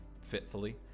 fitfully